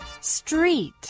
Street